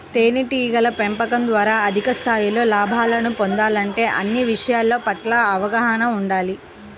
తేనెటీగల పెంపకం ద్వారా అధిక స్థాయిలో లాభాలను పొందాలంటే అన్ని విషయాల పట్ల అవగాహన ఉండాలి